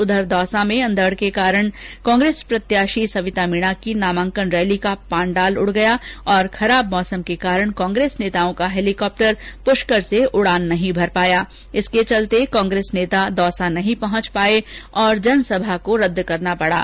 उधर दौसा में अंधड़ के कारण कांग्रेस प्रत्याशी सविता मीणा की नामांकन रैली का पांडाल उड़ गया और खराब मौसम के कारण कांग्रेस नेताओं का हैलीकॉप्टर प्रष्कर से उड़ान नहीं भर पाया इसके चलते कांग्रेस नेता दौसा नहीं पहंच पाए और जनसभा को रदद करना पड़ा